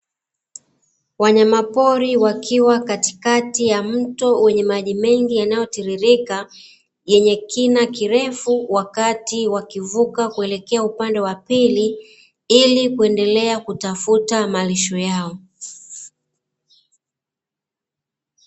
Wanyamapori wakiwa katikati ya mto wenye maji mengi yanayotiririka yenye kina kirefu, wakati wanavuka kuelekea upande wa pili ili kuendelea kutafuta malisho yao.